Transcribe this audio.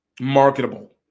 marketable